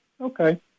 okay